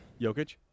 Jokic